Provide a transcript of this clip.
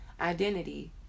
Identity